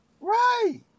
Right